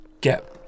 get